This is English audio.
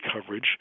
coverage